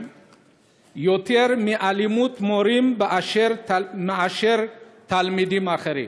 יותר מאלימות מורים מאשר תלמידים אחרים.